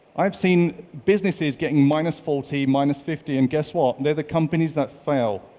i've seen businesses getting minus forty, minus fifty, and guess what they're the companies that fail.